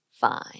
fine